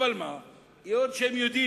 אבל מה, הם יודעים